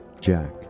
jack